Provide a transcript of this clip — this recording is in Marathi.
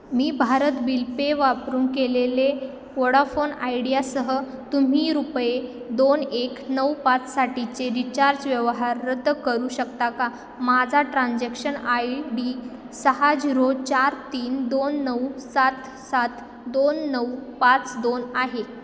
मी भारत बिल पे वापरून केलेले वोडाफोन आयडियासह तुम्ही रुपये दोन एक नऊ पाचसाठीचे रिचार्ज व्यवहार रद्द करू शकता का माझा ट्रान्झॅक्शन आय डी सहा झिरो चार तीन दोन नऊ सात सात दोन नऊ पाच दोन आहे